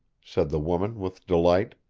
said the woman with delight.